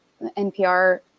NPR